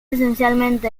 esencialmente